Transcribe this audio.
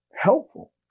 helpful